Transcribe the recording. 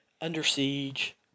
under-siege